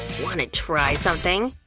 wanna try something?